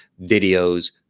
videos